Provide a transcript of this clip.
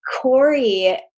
Corey